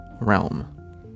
realm